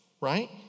right